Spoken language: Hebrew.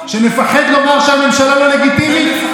שנפחד לומר שהממשלה לא לגיטימית?